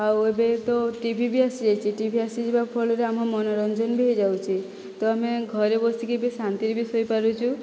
ଆଉ ଏବେ ତ ଟିଭି ବି ଆସିଯାଇଛି ଟିଭି ଆସିଯିବା ଫଳରେ ଆମ ମନୋରଞ୍ଜନ ବି ହୋଇଯାଉଛି ତ ଆମେ ଘରେ ବସିକି ବି ଶାନ୍ତିରେ ବି ଶୋଇପାରୁଛୁ